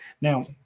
Now